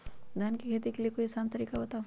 धान के खेती के कोई आसान तरिका बताउ?